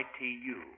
ITU